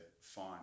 fine